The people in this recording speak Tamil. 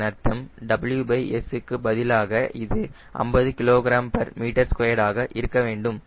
இதன் அர்த்தம் WS க்கு பதிலாக இது 50 kgm2 ஆக இருக்க வேண்டும்